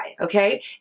okay